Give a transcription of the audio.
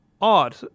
odd